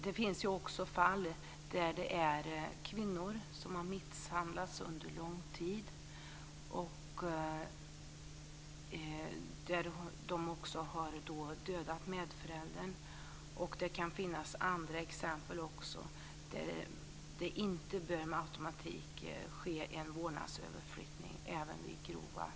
Det finns också fall där kvinnor har misshandlats under lång tid och där de också har dödat medföräldern. Det kan finnas andra exempel också där det även vid grova brott inte med automatik bör ske en vårdnadsöverflyttning.